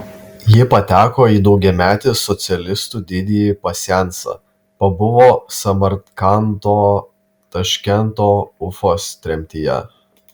ji pateko į daugiametį socialistų didįjį pasiansą pabuvo samarkando taškento ufos tremtyje